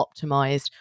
optimized